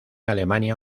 alemania